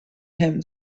him